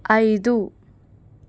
ఐదు